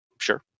Sure